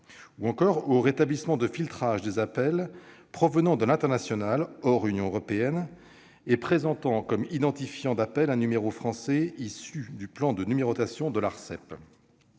ou encore du rétablissement du filtrage des appels provenant de l'international, hors Union européenne, et présentant comme identifiant d'appel un numéro français issu du plan de numérotation de l'Autorité